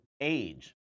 age